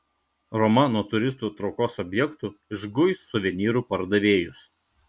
roma nuo turistų traukos objektų išguis suvenyrų pardavėjus